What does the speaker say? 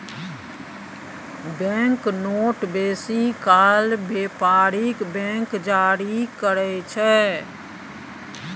bank note बेसी काल बेपारिक बैंक जारी करय छै